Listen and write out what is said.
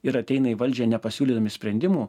ir ateina į valdžią nepasiūlydami sprendimų